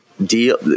deal